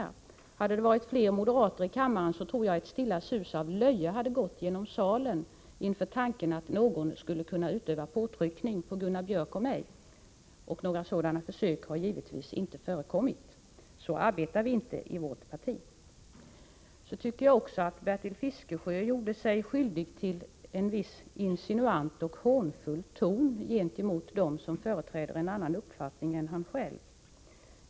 Om fler moderater hade varit närvarande i kammaren och hört detta tror jag att ett stilla sus av löje skulle ha gått genom salen inför tanken att någon skulle kunna utöva påtryckning på Gunnar Biörck och mig. Några sådana försök har givetvis inte förekommit. På det sättet arbetar inte vi i vårt parti. Sedan tycker jag att Bertil Fiskesjö använde en viss insinuant och hånfull ton gentemot dem som företräder en annan uppfattning än han själv.